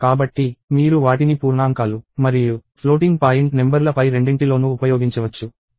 కాబట్టి మీరు వాటిని పూర్ణాంకాలు మరియు ఫ్లోటింగ్ పాయింట్ నెంబర్ల పై రెండింటిలోనూ ఉపయోగించవచ్చు